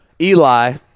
Eli